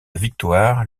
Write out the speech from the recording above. victoire